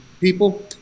people